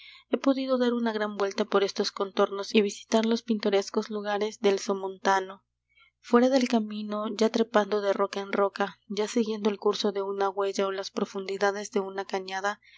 he podido dar una gran vuelta por estos contornos y visitar los pintorescos lugares del somontano fuera del camino ya trepando de roca en roca ya siguiendo el curso de una huella ó las profundidades de una cañada